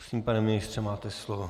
Prosím, pane ministře, máte slovo.